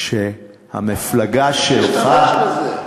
שהמפלגה שלך, כמה אפשר עוד להשתמש בזה?